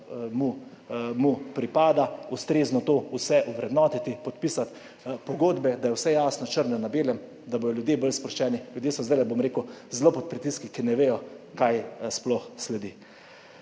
mu pripada, ustrezno vse to ovrednotiti, podpisati pogodbe, da je vse jasno črno na belem, da bodo ljudje bolj sproščeni. Ljudje so zdajle, bom rekel, zelo pod pritiski, ki ne vedo, kaj sploh sledi.